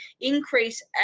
increase